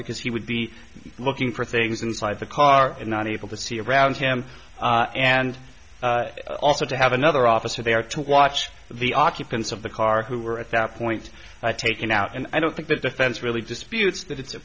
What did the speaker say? because he would be looking for things inside the car and not able to see around him and also to have another officer there to watch the occupants of the car who were at that point taken out and i don't think the defense really disputes that it's